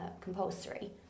compulsory